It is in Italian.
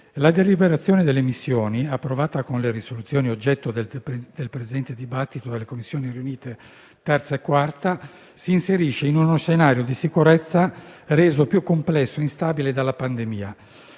La deliberazione delle missioni, approvata con le risoluzioni oggetto del presente dibattito dalle Commissioni riunite 3a e 4a, si inserisce in uno scenario di sicurezza reso più complesso e instabile dalla pandemia.